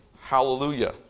hallelujah